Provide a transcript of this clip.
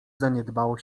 zaniedbało